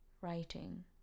Writing